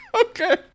Okay